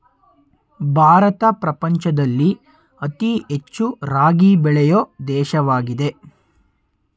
ಭಾರತ ಪ್ರಪಂಚದಲ್ಲಿ ಅತಿ ಹೆಚ್ಚು ರಾಗಿ ಬೆಳೆಯೊ ದೇಶವಾಗಿದೆ